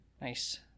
Nice